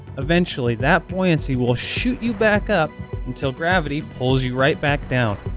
eventually, that buoyancy will shoot you back up until gravity pulls you right back down,